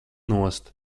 nost